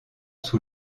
sous